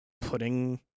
putting